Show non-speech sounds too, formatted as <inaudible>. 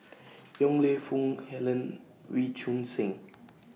<noise> Yong Lew Foong Helen Wee Choon Seng